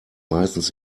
meistens